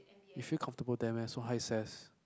you feel comfortable there meh so high ses